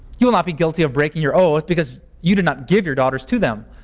you will not be guilty of breaking your oath because you did not give your daughters to them